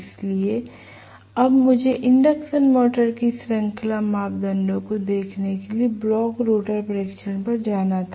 इसलिए अब मुझे इंडक्शन मोटर की श्रृंखला मापदंडों को देखने के लिए ब्लॉक रोटर परीक्षण पर जाना था